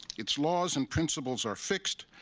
its laws and principles are fixed,